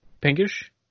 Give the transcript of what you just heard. pinkish